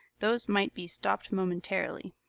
those might be stopped momentarily.